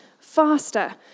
faster